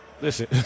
Listen